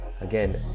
Again